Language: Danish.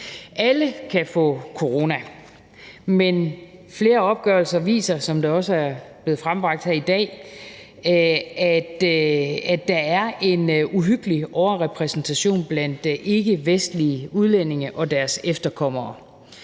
det også er blevet fremlagt her i dag, at der er en uhyggelig overrepræsentation blandt ikkevestlige udlændinge og deres efterkommere.